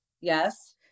Yes